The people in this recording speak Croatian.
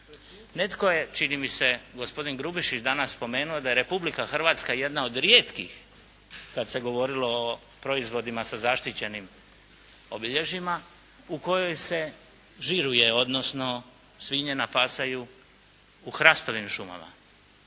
Netko je čini mi se gospodin Grubišić danas spomenuo da je Republika Hrvatska jedna od rijetkih kad se govorilo o proizvodima sa zaštićenim obilježjima u kojoj se žiruje odnosno svinje napasaju u hrastovim šumama.